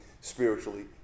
spiritually